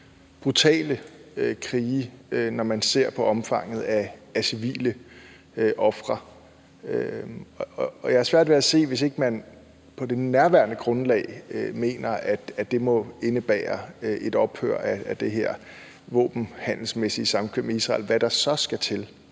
brutale krige, når man ser på omfanget af civile ofre, og jeg har svært ved at forstå det, hvis man ikke på nærværende grundlag mener, at det må indebære et ophør af det her våbenhandelsmæssige samkvem med Israel. Så hvad skal der